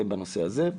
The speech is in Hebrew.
זה בנושא הזה.